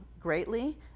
greatly